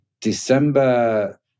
December